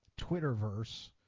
Twitterverse